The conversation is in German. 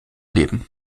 leben